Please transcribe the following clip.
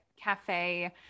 cafe